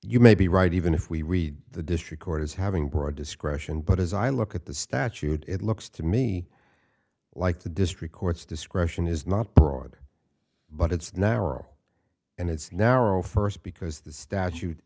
you may be right even if we read the district court as having broad discretion but as i look at the statute it looks to me like the district court's discretion is not broad but it's now or and it's now or first because the statute